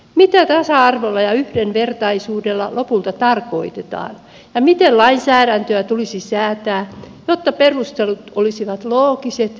mitä tasa arvolla ja yhdenvertaisuudella lopulta tarkoitetaan ja miten lainsäädäntöä tulisi säätää jotta perustelut olisivat loogiset ja yhdenmukaiset